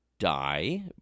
die